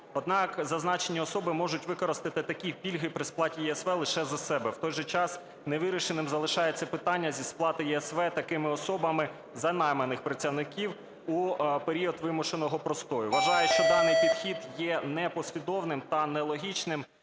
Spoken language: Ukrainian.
Однак зазначені особи можуть використати такі пільги при сплаті ЄСВ лише за себе. В той же час, невирішеним залишається питання зі сплати ЄСВ такими особами за найманих працівників у період вимушеного простою. Вважаю, що даний підхід є непослідовним та нелогічним.